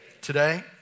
Today